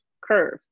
curve